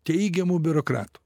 teigiamu biurokratu